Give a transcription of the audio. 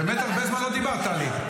באמת הרבה זמן לא דיברת, טלי.